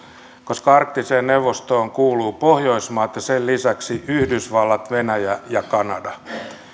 koska arktiseen neuvostoon kuuluvat pohjoismaat ja sen lisäksi yhdysvallat venäjä ja ja kanada